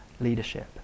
Leadership